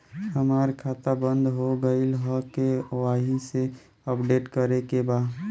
हमार खाता बंद हो गईल ह के.वाइ.सी अपडेट करे के बा?